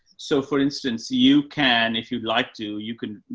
so for instance, you can, if you'd like to, you can,